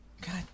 God